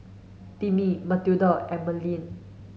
Timmie Matilda and Marlen